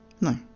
No